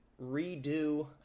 redo